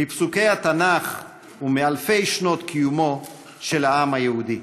מפסוקי התנ"ך ומאלפי שנות קיומו של העם היהודי.